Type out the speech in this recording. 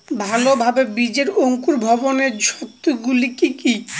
ভালোভাবে বীজের অঙ্কুর ভবনের শর্ত গুলি কি কি?